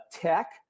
tech